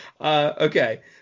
okay